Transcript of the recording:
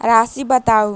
राशि बताउ